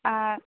ஆ